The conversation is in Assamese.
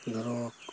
ধৰক